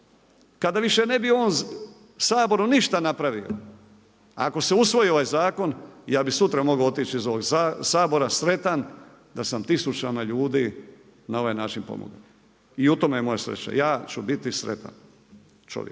Kada više ne bi u ovom Saboru ništa napravio, ako se usvoji ovaj zakon ja bih sutra mogao otići iz ovoga Sabora sretan da sam tisućama ljudi na ovaj način pomogao. I u tome je moja sreća, ja ću biti sretan čovjek.